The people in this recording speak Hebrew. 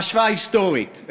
והשוואה היסטורית: